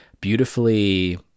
beautifully